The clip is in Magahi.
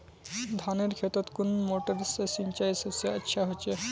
धानेर खेतोत कुन मोटर से सिंचाई सबसे अच्छा होचए?